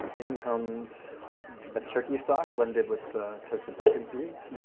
in comes the turkey stock, blended with the toasted pumpkin seeds.